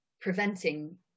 preventing